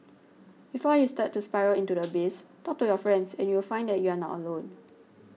before you start to spiral into the abyss talk to your friends and you'll find that you are not alone